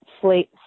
slate